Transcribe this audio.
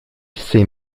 sait